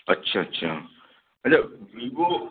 अच्छा अच्छा अच्छा वीवो